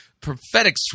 prophetic